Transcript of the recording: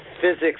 physics